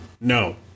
No